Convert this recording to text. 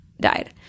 died